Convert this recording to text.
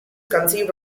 conceived